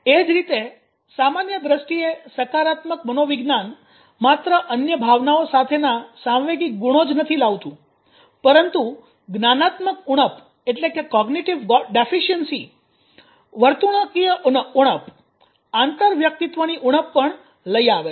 એ જ રીતે સામાન્ય દ્રષ્ટિએ સકારાત્મક મનોવિજ્ઞાન માત્ર અન્ય ભાવનાઓ સાથેના સાંવેગિક ગુણો જ નથી લાવતું પરંતુ જ્ઞાનાત્મક ઉણપ વર્તણૂકીય ઉણપ આંતરવ્યક્તિત્વની ઉણપ પણ લઈ આવે છે